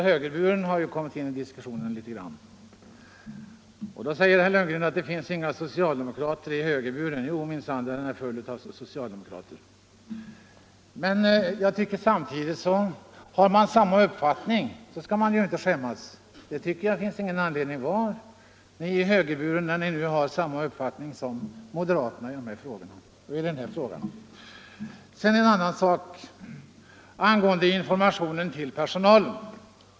Herr talman! Herr Lundgren säger att det inte finns några socialdemokrater i högerburen. Jo minsann, den är full av socialdemokrater. Men har man samma uppfattning som moderaterna så tycker jag inte man skall skämmas för det. Var kvar i högerburen när ni nu har samma uppfattning som moderaterna i den här frågan! Så en annan sak.